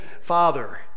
father